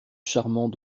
charmants